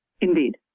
Indeed